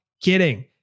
kidding